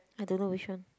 I don't know which one